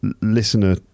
listener